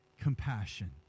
compassion